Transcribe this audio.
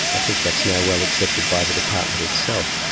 i think that's now well accepted by the department itself.